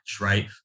right